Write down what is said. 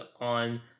on